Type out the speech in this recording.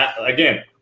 Again